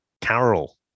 Carol